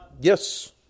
Yes